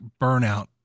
burnout